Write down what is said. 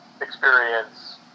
experience